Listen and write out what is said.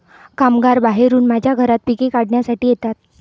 कामगार बाहेरून माझ्या घरात पिके काढण्यासाठी येतात